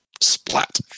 Splat